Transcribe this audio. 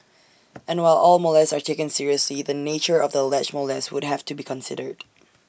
and while all molests are taken seriously the nature of the alleged molest would have to be considered